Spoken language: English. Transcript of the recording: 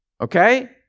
Okay